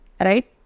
Right